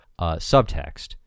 subtext